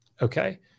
Okay